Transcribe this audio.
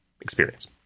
experience